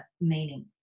meaning